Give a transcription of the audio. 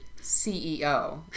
CEO